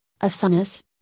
asanas